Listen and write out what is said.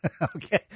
Okay